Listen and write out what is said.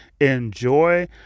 enjoy